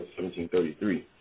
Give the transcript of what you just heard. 1733